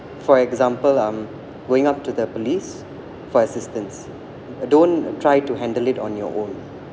for example um going up to the police for assistance don't try to handle it on your own